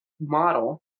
model